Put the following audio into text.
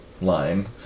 line